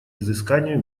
изысканию